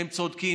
הם צודקים.